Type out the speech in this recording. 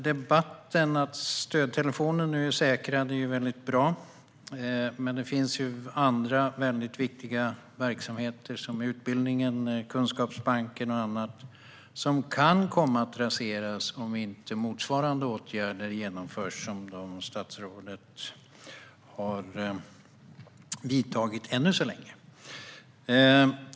Det är bra att stödtelefonen är säkrad, men det finns andra viktiga verksamheter, till exempel utbildningen och kunskapsbanken, som kan komma att raseras om inte motsvarande åtgärder genomförs som de statsrådet har vidtagit ännu så länge.